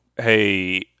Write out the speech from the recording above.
hey